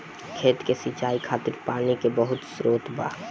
खेत के सिंचाई खातिर पानी के बहुत स्त्रोत बा